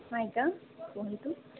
ଆଜ୍ଞା କୁହନ୍ତୁ